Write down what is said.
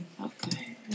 Okay